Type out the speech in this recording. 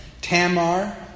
Tamar